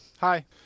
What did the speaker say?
Hi